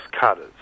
cutters